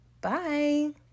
bye